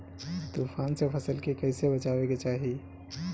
तुफान से फसल के कइसे बचावे के चाहीं?